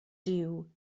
duw